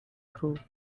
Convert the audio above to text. through